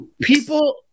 people